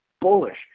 bullish